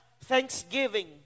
thanksgiving